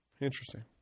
Interesting